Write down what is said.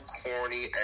corny